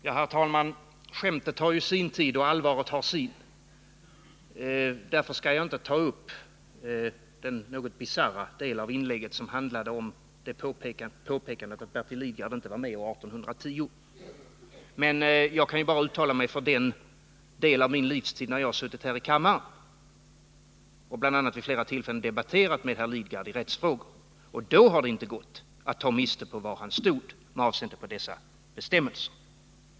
Herr talman! Skämtet har sin tid och allvaret har sin. Därför skall jag inte ta upp den något bisarra del av Bertil Lidgards inlägg som handlade om att Bertil Lidgard inte var med år 1810. Jag kan här bara uttala mig om den del av min livstid som jag suttit här i kammaren och vid flera tillfällen debatterat med bl.a. Bertil Lidgard i rättsfrågor. Då har det inte gått att ta miste på var han stått med avseende på dessa bestämmelser.